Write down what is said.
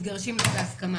שלא בהסכמה